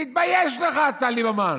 תתבייש לך, אתה, ליברמן.